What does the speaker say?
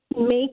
make